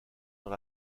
dans